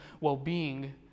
well-being